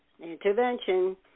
intervention